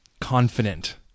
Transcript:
Confident